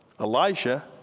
Elijah